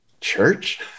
church